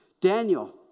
Daniel